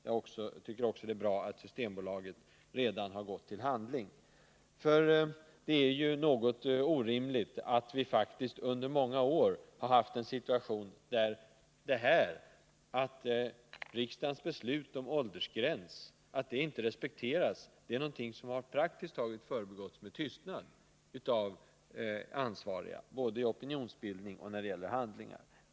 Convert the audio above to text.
Det är också bra att Systembolaget redan har gått till handling. Det är ju något orimligt att vi under många år har kunnat se att riksdagens beslut om åldersgräns inte har respekterats och att det praktiskt taget har förbigåtts med tystnad av ansvariga, både i opinionsbildning och när det gäller handlingar.